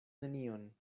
nenion